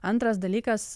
antras dalykas